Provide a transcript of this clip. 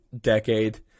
decade